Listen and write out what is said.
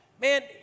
Man